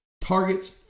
targets